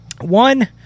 One